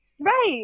Right